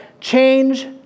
change